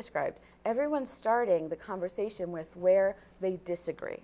describe everyone starting the conversation with where they disagree